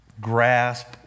grasp